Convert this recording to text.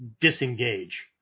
disengage